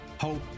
Hope